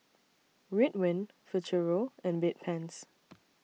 Ridwind Futuro and Bedpans